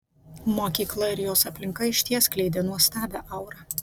mokykla ir jos aplinka išties skleidė nuostabią aurą